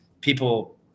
People